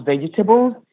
vegetables